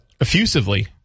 effusively